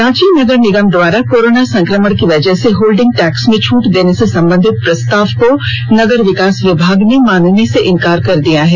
रांची नगर निगम द्वारा कोरोना संक्रमण की वजह से होल्डिंग टैक्स में छूट देने से संबंधित प्रस्ताव को नगर विकास विभाग ने मानने से इंकार कर दिया है